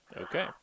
Okay